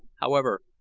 however,